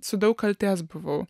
su daug kaltės buvau